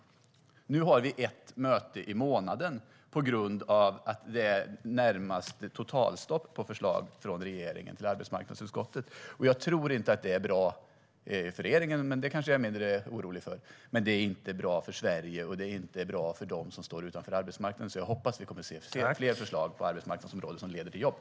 Nu har vi ett möte i månaden på grund av att det i det närmaste är totalstopp på förslag från regeringen till arbetsmarknadsutskottet. Jag tror inte att det är bra för regeringen, men det är jag kanske mindre orolig för, för Sverige eller för dem som står utanför arbetsmarknaden. Jag hoppas alltså att vi kommer att få se fler förslag på arbetsmarknadsområdet som leder till jobb.